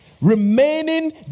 Remaining